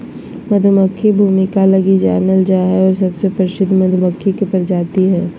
मधुमक्खी भूमिका लगी जानल जा हइ और सबसे प्रसिद्ध मधुमक्खी के प्रजाति हइ